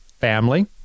family